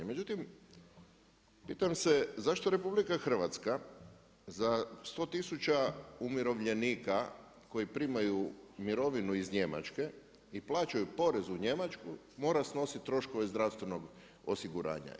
Međutim, pitam se zašto RH za 100 tisuća umirovljenika koji primaju mirovinu iz Njemačke i plaćaju porez u Njemačkoj mora snositi troškove zdravstvenog osiguranja.